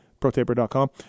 Protaper.com